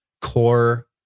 core